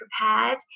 prepared